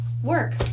Work